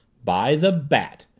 by the bat!